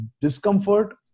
discomfort